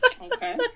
Okay